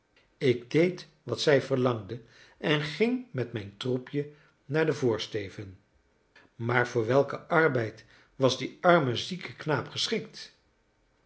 ik deed wat zij verlangde en ging met mijn troepje naar den voorsteven maar voor welken arbeid was die arme zieke knaap geschikt